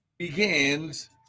Begins